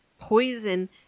poison